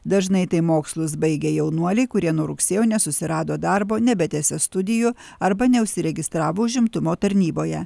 dažnai tai mokslus baigę jaunuoliai kurie nuo rugsėjo nesusirado darbo nebetęsė studijų arba neužsiregistravo užimtumo tarnyboje